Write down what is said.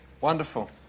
Wonderful